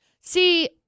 See